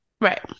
right